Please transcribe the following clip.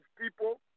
people